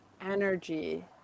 energy